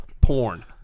porn